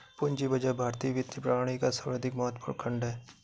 पूंजी बाजार भारतीय वित्तीय प्रणाली का सर्वाधिक महत्वपूर्ण खण्ड है